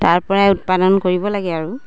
তাৰ পৰাই উৎপাদন কৰিব লাগে আৰু